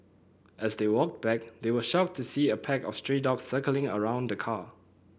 as they walked back they were shocked to see a pack of stray dogs circling around the car